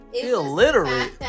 Illiterate